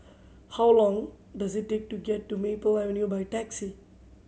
how long does it take to get to Maple Avenue by taxi